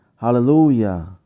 Hallelujah